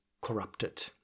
corrupted